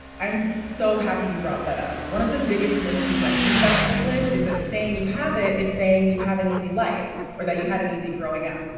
i'm so happy you brought that up. one of the biggest misconceptions about privilege is that saying you have it is saying you have an easy life or that you had it easy growing up.